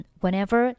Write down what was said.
whenever